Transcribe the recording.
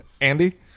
Andy